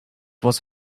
was